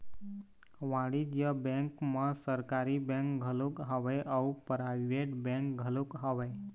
वाणिज्य बेंक म सरकारी बेंक घलोक हवय अउ पराइवेट बेंक घलोक हवय